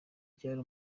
ryari